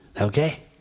Okay